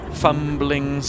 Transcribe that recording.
fumbling